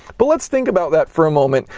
but, let's think about that for a moment.